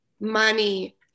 money